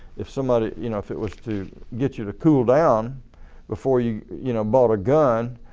if somebody you know if it was to get you to cool down before you you know bought a gun,